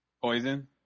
Poison